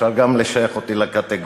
אפשר גם לשייך אותי לקטגוריה.